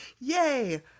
Yay